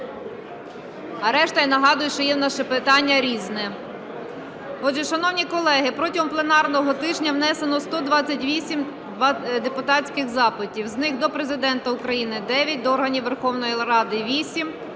А решта, я нагадую, що є в нас ще питання "Різне". Отже, шановні колеги, протягом пленарного тижня внесено 128 депутатських запитів. З них: до Президента України – 9; до органів Верховної Ради –